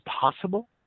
possible